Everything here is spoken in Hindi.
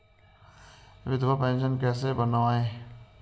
विधवा पेंशन कैसे बनवायें?